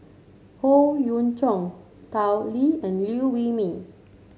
Howe Yoon Chong Tao Li and Liew Wee Mee